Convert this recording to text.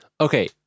Okay